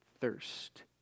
thirst